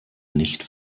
nicht